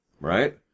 right